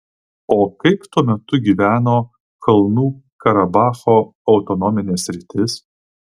o kaip tuo metu gyveno kalnų karabacho autonominė sritis